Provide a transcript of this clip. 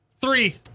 Three